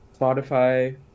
Spotify